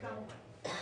כמובן.